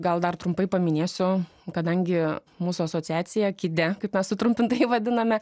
gal dar trumpai paminėsiu kadangi mūsų asociacija kide kaip mes sutrumpintai vadiname